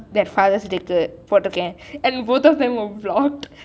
that father's day க்கு போட்டிருக்கிறேன்:ku pothrirukiraen and both of them were blocked